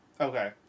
Okay